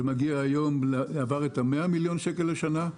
היום זה עבר את ה-100 מיליון שקל לשנה.